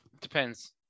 depends